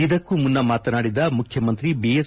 ಇದಕ್ಕೂ ಮುನ್ನ ಮಾತನಾಡಿದ ಮುಖ್ಯಮಂತ್ರಿ ಬಿಎಸ್